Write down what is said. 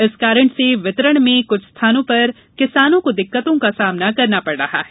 इस कारण से वितरण में कुछ स्थानों पर किसानों को दिक्कतों का सामना करना पड़ रहा है